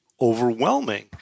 overwhelming